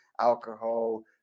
alcohol